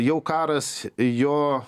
jau karas jo